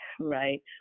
right